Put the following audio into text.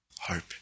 hope